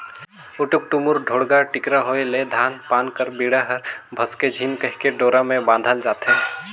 उटुक टुमुर, ढोड़गा टिकरा होए ले धान पान कर बीड़ा हर भसके झिन कहिके डोरा मे बाधल जाथे